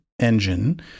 engine